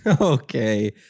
Okay